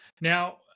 Now